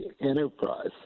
enterprise